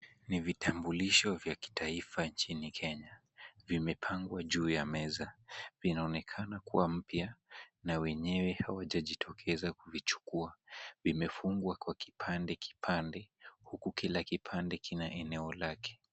Ni vitambulisho vya kitaifa nchini Kenya. Vimepangwa juu ya meza. Vinaonekana kuwa mpya na wenyewe hawajajitokeza kuvichukua. Vimefungwa kwa kipande kipande huku kila kipande kina eneo lake.